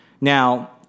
Now